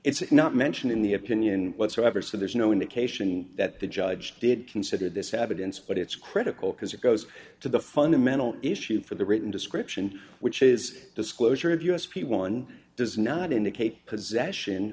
it's not mentioned in the opinion whatsoever so there's no indication that the judge did consider this evidence but it's critical because it goes to the fundamental issue for the written description which is disclosure of us p one does not indicate possession